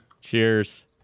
Cheers